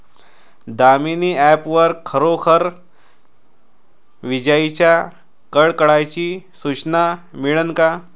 Damini app वर खरोखर विजाइच्या कडकडाटाची सूचना मिळन का?